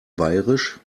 bairisch